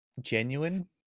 genuine